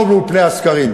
לא מול פני הסקרים.